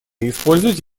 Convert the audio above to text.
использовать